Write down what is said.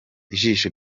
ijisho